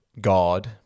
god